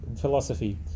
Philosophy